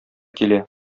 килә